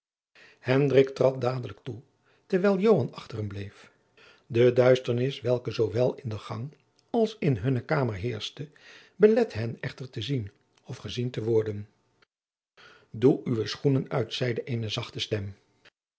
trad dadelijk toe terwijl joan achter hem bleef de duisternis welke zoowel in de gang als in hunne kamer heerschte belette hen echter te zien of gezien te worden doe uwe schoenen uit zeide eene zachte stem